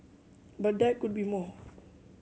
but there could be more